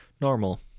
normal